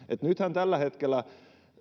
nythän tällä hetkellä